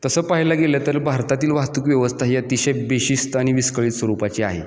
तसं पाहायला गेलं तर भारतातील वाहतूक व्यवस्था ही अतिशय बेशिस्त आणि विस्कळीत सरूपाची आहे